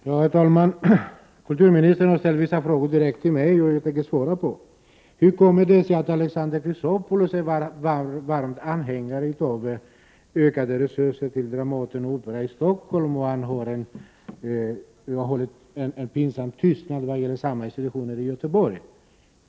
Herr talman! Kulturministern har ställt vissa frågor direkt till mig, och jag tänker svara på dem. Hur kommer det sig att Alexander Chrisopoulos är varm anhängare av ökade resurser till Dramaten och Operan i Stockholm medan han har iakttagit en pinsam tystnad vad gäller motsvarande institutioner i Göteborg?